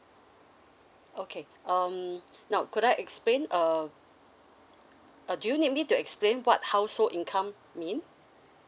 okay um now could I gonna explain um uh do you need me to explain what household income mean